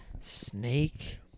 Snake